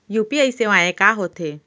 UPI सेवाएं का होथे